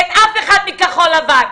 אין אף אחד מכחול לבן.